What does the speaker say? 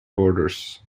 borders